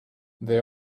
they